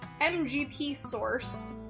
MGP-sourced